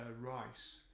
rice